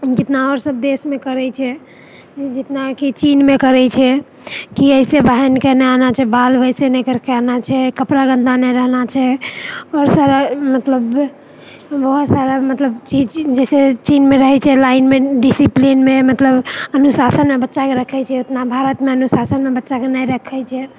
जितना आओर सभ देशमे करैत छै जितना कि चीनमे करैत छै कि ऐसे पहिनके ने आना छै बाल वैसे नहि करके आना छै कपड़ा गन्दा नहि रहना छै आओर सारा मतलब बहुत सारा मतलब चीज जे छै चीनमे रहैत छै लाइनमे डिसिप्लीनमे मतलब अनुशासनमे बच्चाके रखैत छै ओतना भारतमे अनुशासनमे बच्चाके नहि रखैत छै